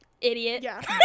Idiot